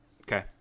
Okay